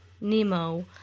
Nemo